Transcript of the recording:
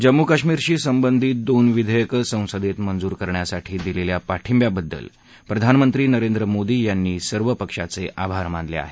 जम्मू कश्मीरशी संबंधित दोन विधेयकं संसदेत मंजूर करण्यासाठी दिलेल्या पाठिंब्याबद्दल प्रधानमंत्री नरेंद्र मोदी यांनी सर्व पक्षाचे आभार मानले आहेत